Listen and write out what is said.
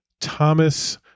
Thomas